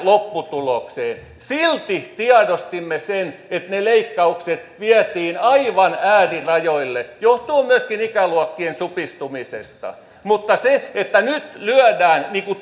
lopputulokseen silti tiedostimme sen että ne leikkaukset vietiin aivan äärirajoille johtuen myöskin ikäluokkien supistumisesta mutta se että nyt lyödään